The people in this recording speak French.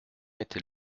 était